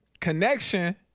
connection